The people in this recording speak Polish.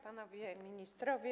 Panowie Ministrowie!